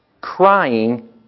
crying